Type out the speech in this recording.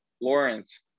Lawrence